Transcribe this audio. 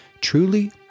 truly